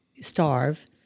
starve